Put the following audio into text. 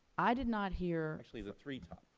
i did not hear actually, the three top.